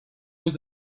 was